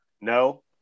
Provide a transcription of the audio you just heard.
No